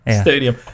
Stadium